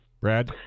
Brad